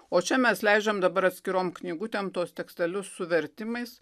o čia mes leidžiam dabar atskirom knygutėm tuos tekstelius su vertimais